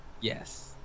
Yes